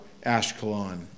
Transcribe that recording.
Ashkelon